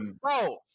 Bro